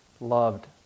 loved